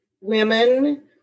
women